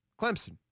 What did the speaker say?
Clemson